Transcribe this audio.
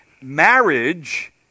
Marriage